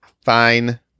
Fine